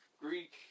Greek